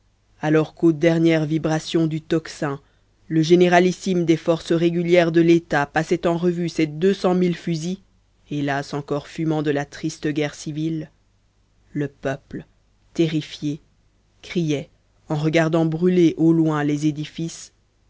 alors qu'aux dernières vibrations du tocsin le généralissime des forces régulières de l'état passait en revue ses deux cent mille fusils hélas encore fumants de la triste guerre civile le peuple terrifié criait en regardant brûler au loin les édifices